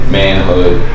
manhood